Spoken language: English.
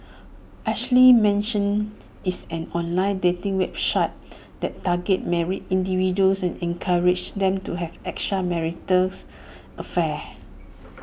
Ashley Madison is an online dating website that targets married individuals and encourages them to have extramarital affairs